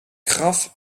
graf